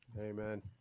Amen